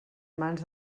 mans